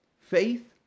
faith